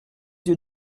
yeux